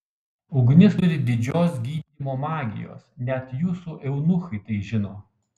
ugnis turi didžios gydymo magijos net jūsų eunuchai tai žino